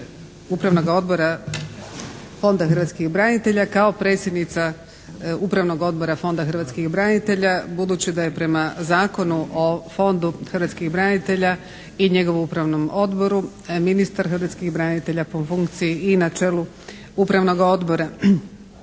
Upravnoga odbora Fonda hrvatskih branitelja kao predsjednica Upravnog odbora Fonda hrvatskih branitelja budući da je prema Zakonu o Fondu hrvatskih branitelja i njegovu upravnom odboru ministar hrvatskih branitelja po funkciji i na čelu upravnoga odbora.